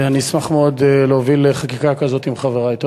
ואני אשמח מאוד להוביל חקיקה כזו עם חברי.